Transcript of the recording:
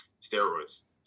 Steroids